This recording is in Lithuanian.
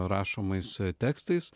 rašomais tekstais